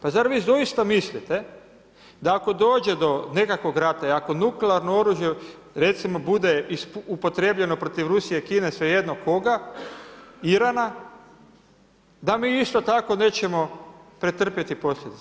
Pa zar vi doista mislite, da ako dođe do nekakvog rata i ako nuklearno oružje recimo, bude upotrijebljeno protiv Rusije, Kine, svejedno koga, Irana, da mi isto tako nećemo pretrpjeti posljedice.